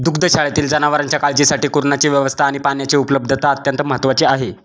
दुग्धशाळेतील जनावरांच्या काळजीसाठी कुरणाची व्यवस्था आणि पाण्याची उपलब्धता अत्यंत महत्त्वाची आहे